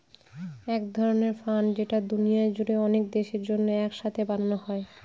এক ধরনের ফান্ড যেটা দুনিয়া জুড়ে অনেক দেশের জন্য এক সাথে বানানো হয়